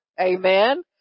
Amen